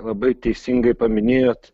labai teisingai paminėjot